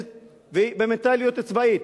במנטליות צבאית.